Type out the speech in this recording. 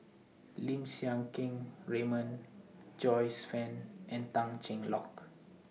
Lim Siang Keat Raymond Joyce fan and Tan Cheng Lock